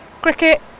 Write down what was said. cricket